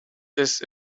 this